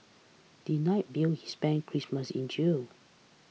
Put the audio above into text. denied bail he spent Christmas in jail